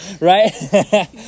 right